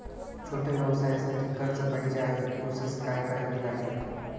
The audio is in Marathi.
छोट्या व्यवसायासाठी कर्ज पाहिजे आहे प्रोसेस काय करावी लागेल?